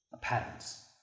patterns